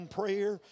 prayer